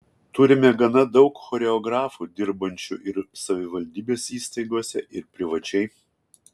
turime gana daug choreografų dirbančių ir savivaldybės įstaigose ir privačiai